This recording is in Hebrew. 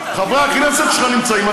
חברי הכנסת שלך נמצאים,